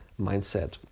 mindset